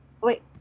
Wait